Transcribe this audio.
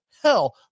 Hell